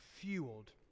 fueled